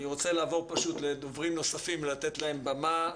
אני רוצה לעבור לדוברים נוספים ולתת להם במה.